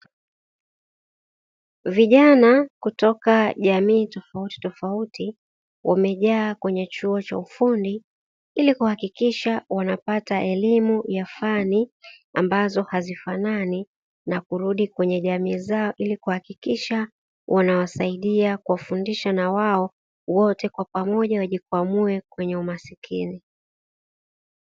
Vijana kutoka jamii tofautitofauti wamejaa kwenye chuo cha ufundi ili kuhakikisha wanapata elimu ya fani ambazo hazifanani na kurudi kwenye jamii zao, ili kuhakikisha wanawasaidia kuwafundisha na wao wote kwa pamoja wajikwamue kwenye umasikini.